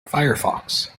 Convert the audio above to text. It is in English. firefox